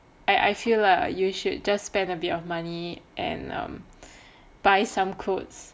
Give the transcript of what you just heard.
I I feel lah you should just spend a bit of money and buy some clothes